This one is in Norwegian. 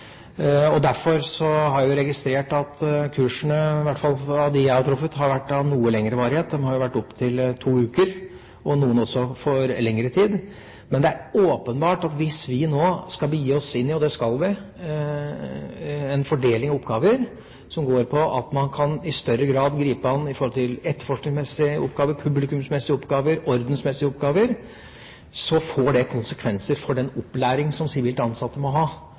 Jeg har registrert at kursene, i hvert fall de jeg har vært borti, har vært av noe lengre varighet, de har vært på opptil to uker, og noen har også gått over lengre tid. Men det er åpenbart at hvis vi nå skal begi oss inn på, og det skal vi, en fordeling av oppgaver som går på at man i større grad kan gripe inn i forhold til etterforskningsmessige oppgaver, publikumsmessige oppgaver og ordensmessige oppgaver, får det konsekvenser for den opplæring som sivilt ansatte må ha,